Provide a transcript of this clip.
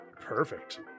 perfect